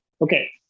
Okay